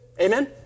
Amen